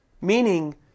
Meaning